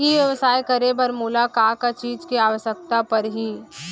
ई व्यवसाय करे बर मोला का का चीज के आवश्यकता परही?